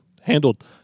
Handled